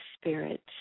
Spirits